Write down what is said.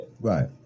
Right